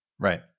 Right